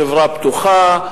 חברה פתוחה,